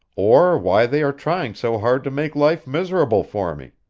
or why they are trying so hard to make life miserable for me.